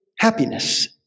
happiness